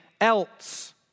Else